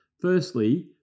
Firstly